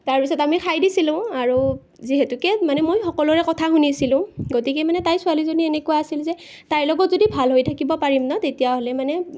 তাৰ পিছত আমি খাই দিছিলো আৰু যিহেতুকে মানে মই সকলোৰে কথা শুনিছিলো গতিকে মানে তাই ছোৱালীজনী এনেকুৱা আছিল যে তাইৰ লগত যদি ভাল হৈ থাকিব পাৰিম ন তেতিয়াহ'লে মানে